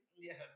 Yes